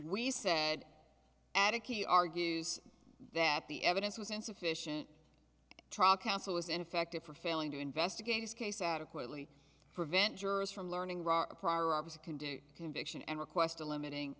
we said and a key argues that the evidence was insufficient trial counsel was ineffective for failing to investigate his case adequately prevent jurors from learning rar a prior opposite can do conviction and request a limiting